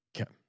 Okay